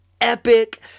epic